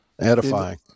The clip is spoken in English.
edifying